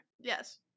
Yes